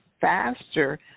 faster